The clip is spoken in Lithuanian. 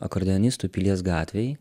akordeonistų pilies gatvėj